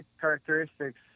characteristics